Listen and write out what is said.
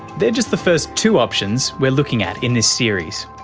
they're just the first two options we're looking at in this series.